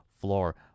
floor